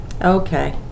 Okay